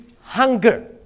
hunger